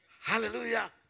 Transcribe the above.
Hallelujah